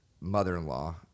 mother-in-law